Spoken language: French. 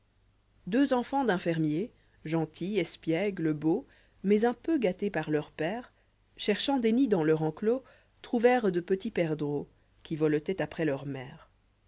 uedx enfants d'un fermier gentils espiègles beaux mais un peu gâtés par leur père cherchant des nids dans leur enclos trouvèrent de petits perdreaux qui voletaient aprçs leur mère